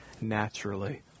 naturally